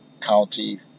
county